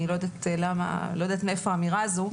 אני לא יודעת מאיפה האמירה הזו.